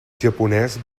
japonès